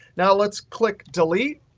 now let's click delete.